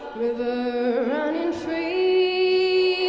river runnin' free